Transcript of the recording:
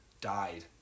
died